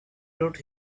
wrote